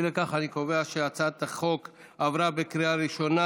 אי לכך אני קובע שהצעת החוק עברה בקריאה ראשונה,